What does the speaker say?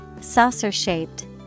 Saucer-shaped